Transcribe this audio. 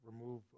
remove